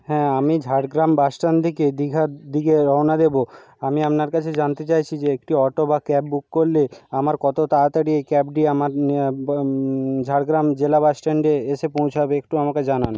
হ্যাঁ আমি ঝাড়গ্রাম বাসস্ট্যান্ড থেকে দীঘার দিকে রওনা দেবো আমি আপনার কাছে জানতে চাইছি যে একটি অটো বা ক্যাব বুক করলে আমার কত তাড়াতাড়ি এই ক্যাবটি আমার ঝাড়গ্রাম জেলা বাসস্ট্যান্ডে এসে পৌঁছাবে একটু আমাকে জানান